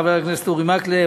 חבר הכנסת אורי מקלב,